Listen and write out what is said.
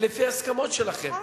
לפי ההסכמות שלכם.